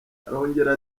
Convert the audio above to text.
arongera